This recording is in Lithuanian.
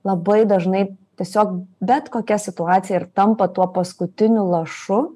labai dažnai tiesiog bet kokia situacija ir tampa tuo paskutiniu lašu